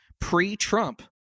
pre-Trump